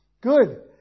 Good